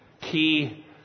key